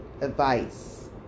advice